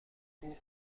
خوب